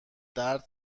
درد